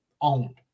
owned